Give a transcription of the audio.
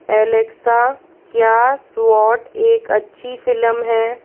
Alexa क्या स्वॉट एक अच्छी फिल्म है